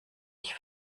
ich